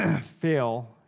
fail